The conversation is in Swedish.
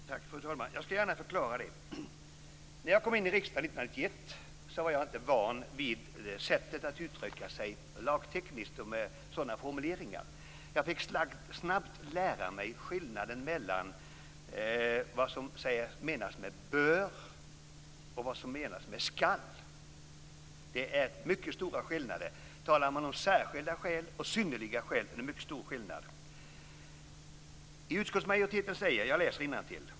Fru talman! Jag skall gärna förklara det. När jag kom in i riksdagen 1991 var jag inte van vid sättet att uttrycka sig lagtekniskt och med sådana formuleringar. Jag fick snabbt lära mig skillnaden mellan vad som menas med bör och vad som menas med skall. Det är mycket stora skillnader. Om man talar om särskilda skäl och synnerliga skäl, så är det mycket stor skillnad mellan dem.